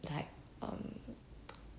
like um